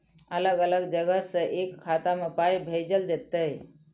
अलग अलग जगह से एक खाता मे पाय भैजल जेततै?